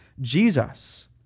Jesus